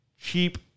Cheap